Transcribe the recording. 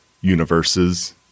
universes